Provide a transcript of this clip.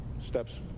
Steps